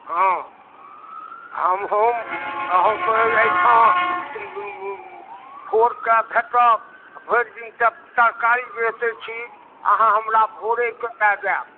हँ हम हम हमर एहिठाम भोर कऽ भेटब भरि दिन तऽ तरकारी बेचैत छी अहाँ हमरा भोरे कऽ दै जाएब